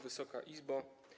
Wysoka Izbo!